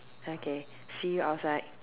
okay see you outside